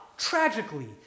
Tragically